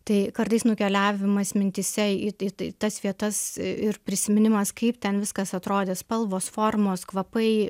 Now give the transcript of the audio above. tai kartais nukeliavimas mintyse į ta ta tas vietas i ir prisiminimas kaip ten viskas atrodė spalvos formos kvapai